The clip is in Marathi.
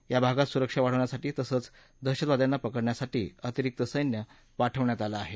याभागात सुरक्षा वाढवण्यासाठी तसंच दहशतवाद्याना पकडण्यासाठी अतिरिक्त सैन्य पाठवण्यात आलं आहे